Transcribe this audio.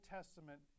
Testament